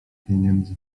pieniędzy